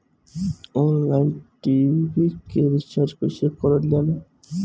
Online TV के recharge कईसे करल जाला?